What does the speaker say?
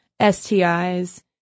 STIs